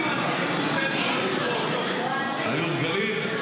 היו דגלים?